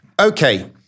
okay